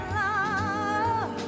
love